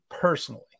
personally